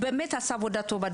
באמת עשה עבודה טובה.